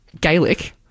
Gaelic